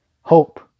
hope